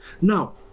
now